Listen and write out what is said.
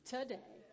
Today